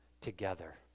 together